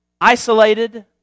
Isolated